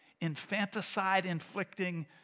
infanticide-inflicting